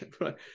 right